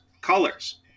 colors